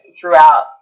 throughout